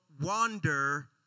wander